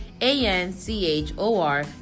A-N-C-H-O-R